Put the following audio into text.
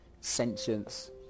sentience